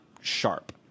sharp